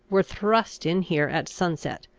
were thrust in here at sunset,